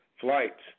Flights